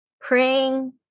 praying